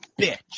bitch